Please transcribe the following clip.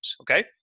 Okay